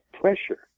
pressure